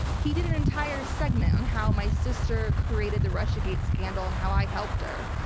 he did an entire segment on how my sister created the russiagate scandal and how i helped her.